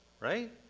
right